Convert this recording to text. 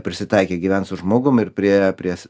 prisitaikę gyvent su žmogum ir prie pries